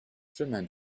chemin